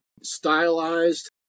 stylized